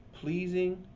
pleasing